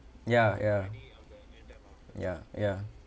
ya ya ya ya